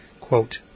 Quote